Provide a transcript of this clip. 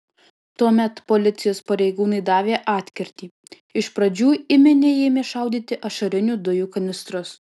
tuomet policijos pareigūnai davė atkirtį iš pradžių į minią ėmė šaudyti ašarinių dujų kanistrus